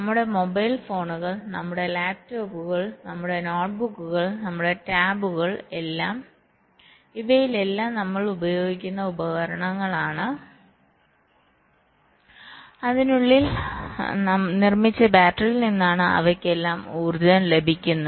നമ്മുടെ മൊബൈൽ ഫോണുകൾ നമ്മുടെ ലാപ്ടോപ്പുകൾ നമ്മുടെ നോട്ട്ബുക്കുകൾ നമ്മുടെ ടാബുകൾ എല്ലാം ഇവയെല്ലാം നമ്മൾ ഉപയോഗിക്കുന്ന ഉപകരണങ്ങളാണ് അതിനുള്ളിൽ നിർമ്മിച്ച ബാറ്ററിയിൽ നിന്നാണ് അവയ്ക്കെല്ലാം ഊർജം ലഭിക്കുന്നത്